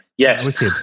Yes